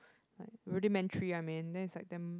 rudimentary I mean then it's like damn